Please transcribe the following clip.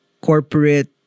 corporate